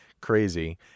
Crazy